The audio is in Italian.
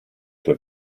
tue